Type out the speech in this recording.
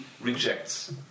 rejects